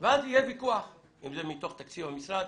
ואז יהיה ויכוח אם זה מתוך תקציב המשרד,